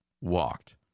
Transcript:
walked